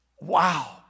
Wow